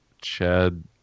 Chad